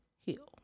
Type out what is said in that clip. Heal